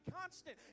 constant